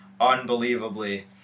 unbelievably